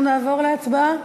אנחנו נעבור להצבעה.